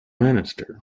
minister